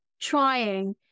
trying